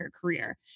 career